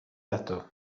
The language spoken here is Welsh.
eto